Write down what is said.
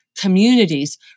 communities